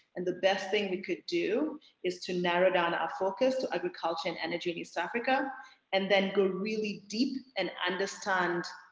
and the best thing we could do is to narrow down ah focus to agriculture and energy in east africa and go really deep and understand,